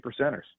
percenters